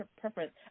preference